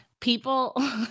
people